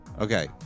Okay